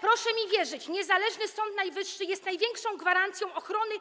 Proszę mi wierzyć, niezależny Sąd Najwyższy jest największą gwarancją ochrony